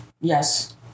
yes